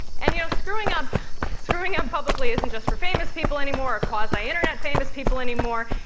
and, you know, screwing up screwing up publicly isn't just for famous people anymore or quasi-internet famous people anymore.